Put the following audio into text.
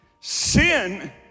sin